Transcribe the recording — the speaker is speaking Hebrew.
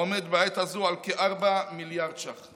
העומד בעת הזו על כ-4 מיליארד ש"ח.